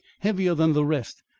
heavier than the rest,